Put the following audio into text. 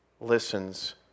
listens